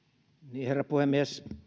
herra puhemies